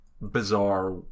bizarre